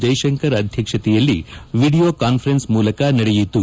ಜೈಶಂಕರ್ ಅಧ್ಯಕ್ಷತೆಯಲ್ಲಿ video conference ಮೂಲಕ ನಡೆಯಿತು